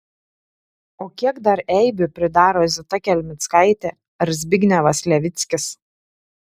o kiek dar eibių pridaro zita kelmickaitė ar zbignevas levickis